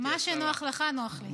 מה שנוח לך נוח לי.